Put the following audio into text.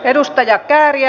arvoisa puhemies